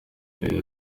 yagize